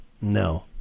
no